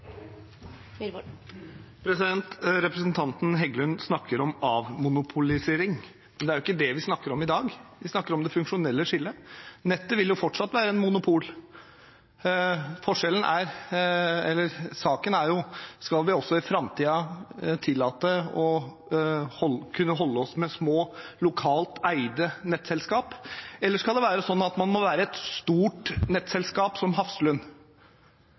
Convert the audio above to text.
jo ikke det vi snakker om i dag. Vi snakker om det funksjonelle skillet. Nettet vil fortsatt være et monopol. Saken er om vi fortsatt i framtiden skal kunne tillate å ha små, lokalt eide nettselskap, eller om det må være et stort nettselskap som Hafslund.